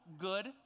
good